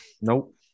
Nope